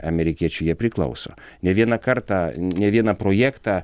amerikiečių jie priklauso ne vieną kartą ne vieną projektą